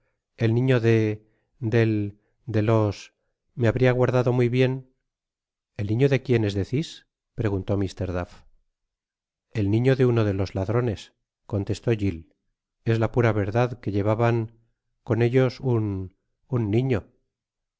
el niño de del de los mehabria guardado muy bien el nyio de quiénes decis preguntó mr duff el niño de uno de los ladrones contestó gileses la pura verdad que llevaban con ellos un un niño